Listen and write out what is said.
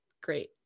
great